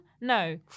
No